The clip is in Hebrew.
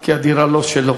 כי הדירה לא שלו.